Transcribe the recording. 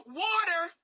water